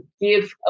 give